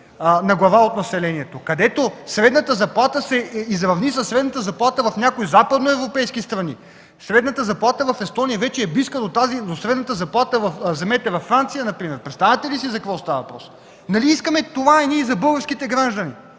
на глава от населението. Там средната заплата се изравни със средната заплата в някои западноевропейски страни. Средната заплата в Естония вече е близко до тази във Франция например. Представяте ли си за какво става въпрос?! Нали ние искаме това за българските граждани?